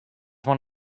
one